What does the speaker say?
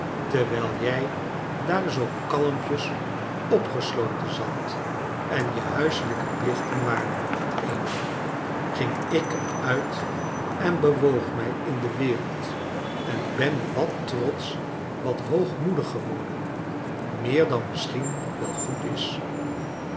terwijl jij daar zoo kalmpjes opgesloten zat en je huiselijke plichten waarnam amy ging ik er nit en bewoog mij in de wereld en ben wat trots ch wat hoogmoedig geworden meer dan misschien wel goed is